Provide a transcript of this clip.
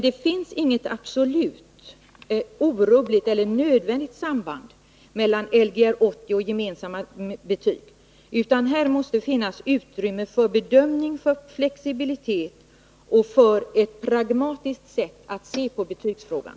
Det finns dock inget absolut, orubbligt eller nödvändigt samband mellan Lgr 80 och gemensamma betyg, utan här måste det finnas utrymme för bedömning, för flexibilitet och för ett pragmatiskt sätt att se på betygsfrågan.